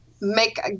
make